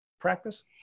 practice